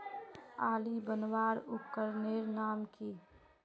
आली बनवार उपकरनेर नाम की?